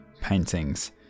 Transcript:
paintings